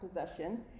possession